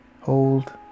hold